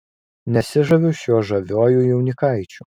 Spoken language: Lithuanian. nesižaviu šiuo žaviuoju jaunikaičiu